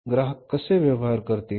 ग्राहक कसे व्यवहार करतील